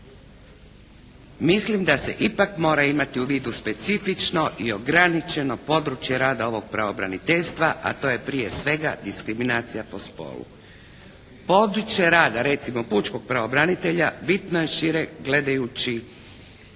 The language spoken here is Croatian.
mislim da se ipak mora imati u vidu specifično i ograničeno područje rada ovog Pravobraniteljstva a to je prije svega diskriminacija po spolu. Područje rada recimo pučkog pravobranitelja bitno je šire gledajući